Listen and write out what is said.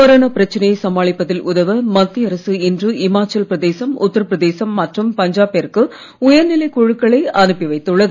corona பிரச்சனையை சமாளிப்பதில் உதவ மத்திய அரசு இன்று இமாச்சலப் பிரதேசம் உத்தரப் பிரதேசம் மற்றும் பஞ்சாப்பிற்கு உயர்நிலை குழுக்களை அனுப்பி வைத்துள்ளது